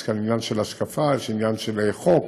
יש כאן עניין של השקפה, יש עניין של חוק,